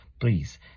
Please